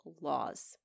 laws